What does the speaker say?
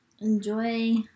Enjoy